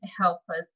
helpless